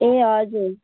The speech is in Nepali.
ए हजुर